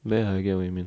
may I came I mean